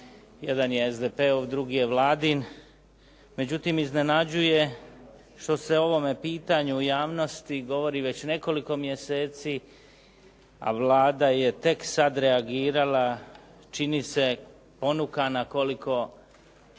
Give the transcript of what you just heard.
Jedan je SDP-ov, drugi je Vladin. Međutim, iznenađuje što se o ovome pitanju u javnosti govori već nekoliko mjeseci, a Vlada je tek sad reagirala, čini mi se ponukana koliko